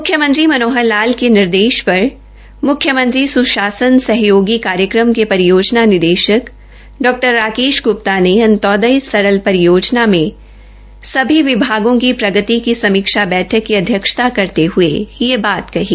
मुख्यमंत्री श्री मनोहर लाल के निर्देश र मुख्यमंत्री सुशासन सहयोगी कार्यक्रम के रियोजना निदेशक डॉ राकेश गुप्ता ने अंत्योदय सरल रियोजना में सभी विभागों की प्रगति की समीक्षा बैठक की अध्यक्षता करते हए यह बात कही